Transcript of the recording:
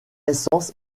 naissance